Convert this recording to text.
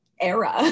era